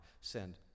Send